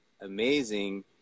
amazing